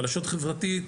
חלשות חברתית,